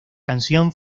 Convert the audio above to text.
canción